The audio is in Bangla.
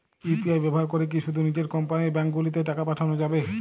ইউ.পি.আই ব্যবহার করে কি শুধু নিজের কোম্পানীর ব্যাংকগুলিতেই টাকা পাঠানো যাবে?